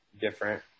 different